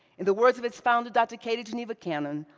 in the words of its founder, dr. katie geneva cannon,